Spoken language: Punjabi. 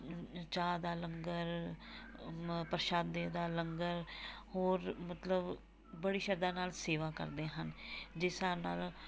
ਚਾਹ ਦਾ ਲੰਗਰ ਪ੍ਰਸ਼ਾਦੇ ਦਾ ਲੰਗਰ ਹੋਰ ਮਤਲਬ ਬੜੀ ਸ਼ਰਧਾ ਨਾਲ ਸੇਵਾ ਕਰਦੇ ਹਨ ਜਿਸ ਹਿਸਾਬ ਨਾਲ